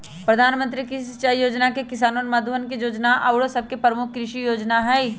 प्रधानमंत्री कृषि सिंचाई जोजना, किसान मानधन जोजना आउरो सभ प्रमुख कृषि जोजना हइ